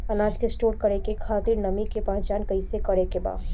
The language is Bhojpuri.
अनाज के स्टोर करके खातिर नमी के पहचान कैसे करेके बा?